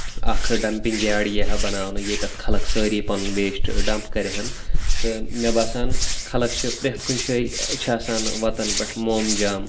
اَکھ dumping yard یی ہا بناونہٕ ییٚتٮ۪تھ خلق سٲری پنُن ویسٹ ڈمپ کرٕ ہن تہٕ مےٚ باسان خلق چھِ پرٛٮ۪تھ کُنہِ جٲے چھُ آسان وتَن پٮ۪ٹھ مومجام